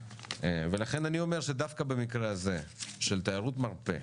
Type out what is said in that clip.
ולכן אני אומר שדווקא במקרה הזה של תיירות מרפא,